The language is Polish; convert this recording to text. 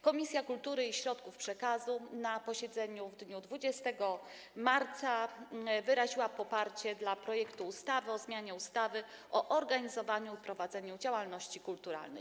Komisja Kultury i Środków Przekazu na posiedzeniu w dniu 20 marca wyraziła poparcie dla projektu ustawy o zmianie ustawy o organizowaniu i prowadzeniu działalności kulturalnej.